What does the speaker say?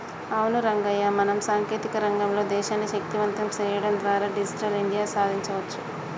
అవును రంగయ్య మనం సాంకేతిక రంగంలో దేశాన్ని శక్తివంతం సేయడం ద్వారా డిజిటల్ ఇండియా సాదించొచ్చు